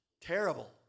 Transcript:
terrible